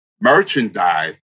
merchandise